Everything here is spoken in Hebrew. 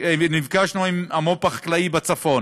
נפגשנו עם המו"פ החקלאי בצפון.